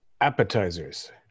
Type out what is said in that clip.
Appetizers